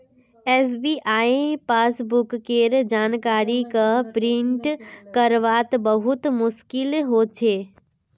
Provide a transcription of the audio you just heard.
SBI passbook केर जानकारी क प्रिंट करवात बहुत मुस्कील हो छे